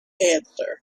answer